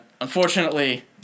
unfortunately